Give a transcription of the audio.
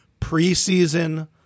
preseason